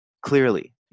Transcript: clearly